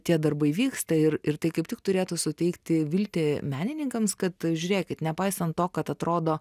tie darbai vyksta ir ir tai kaip tik turėtų suteikti viltį menininkams kad žiūrėkit nepaisant to kad atrodo